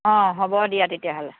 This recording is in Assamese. অঁ হ'ব দিয়া তেতিয়াহ'লে